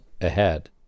ahead